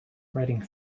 writing